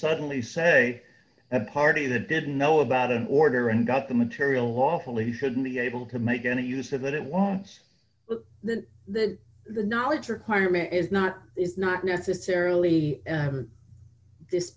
suddenly say a party that didn't know about an order and got the material lawfully shouldn't be able to make any use of it it won't that that the knowledge requirement is not is not necessarily this